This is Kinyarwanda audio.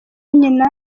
nyina